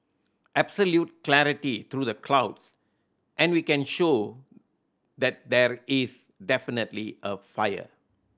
absolute clarity through the clouds and we can show that there is definitely a fire